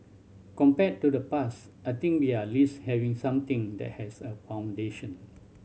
compared to the past I think we are least having something that has a foundation